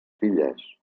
filles